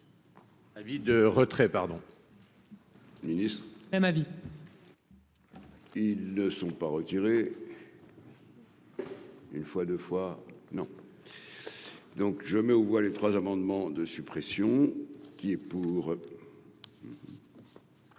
vie de retrait pardon. Ministre ma vie. Ils ne sont pas retirés. Une fois, 2 fois non donc je mets aux voix les trois amendements de suppression qui est pour.